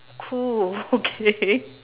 cool okay